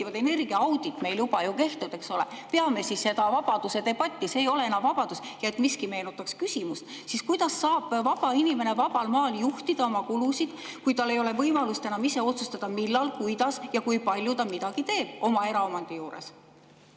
ju kehtivad. Energiaaudit meil juba ju kehtib, eks ole. Peame siis seda vabaduse debatti. See ei ole enam vabadus. Ja et miski meenutaks küsimust: kuidas saab vaba inimene vabal maal juhtida oma kulusid, kui tal ei ole võimalust enam ise otsustada, millal, kuidas ja kui palju ta midagi teeb oma eraomandi juures?